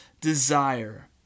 desire